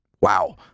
wow